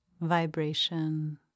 vibration